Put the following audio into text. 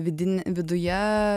vidinį viduje